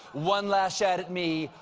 one last shot at me.